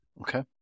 Okay